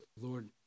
Lord